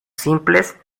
simples